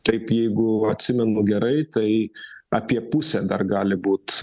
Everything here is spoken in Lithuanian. taip jeigu atsimenu gerai kai apie pusę dar gali būt